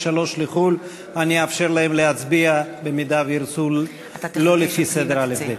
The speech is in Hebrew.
אם ירצו, שלא לפי סדר האל"ף-בי"ת.